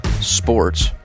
sports